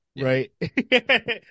Right